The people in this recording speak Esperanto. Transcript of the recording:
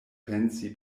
pensi